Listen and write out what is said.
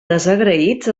desagraïts